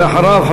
ולאחריו,